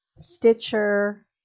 Stitcher